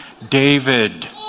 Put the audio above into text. David